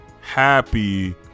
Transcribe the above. happy